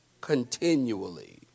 continually